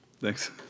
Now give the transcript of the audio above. Thanks